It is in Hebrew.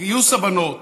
גיוס הבנות